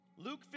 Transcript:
Luke